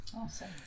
Awesome